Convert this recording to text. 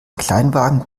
kleinwagen